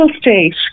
state